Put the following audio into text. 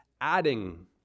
adding